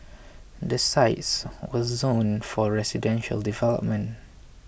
the sites were zoned for residential development